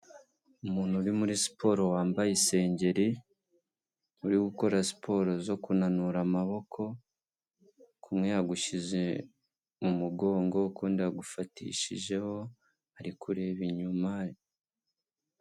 Umuntu uri muri siporo wambaye isengeri uri gukora siporo zo kunanura amaboko kumwe yagushyize mu mugongo ukundi yagufatishijeho arikuba inyuma.